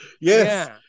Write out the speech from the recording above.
yes